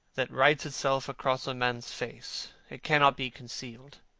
that writes itself across a man's face. it cannot be concealed.